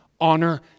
honor